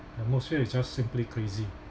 atmosphere is just simply crazy